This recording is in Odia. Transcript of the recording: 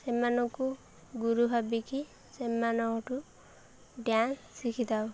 ସେମାନଙ୍କୁ ଗୁରୁ ଭାବିକି ସେମାନଙ୍କଠୁ ଡ୍ୟାନ୍ସ ଶିଖିଥାଉ